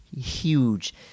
huge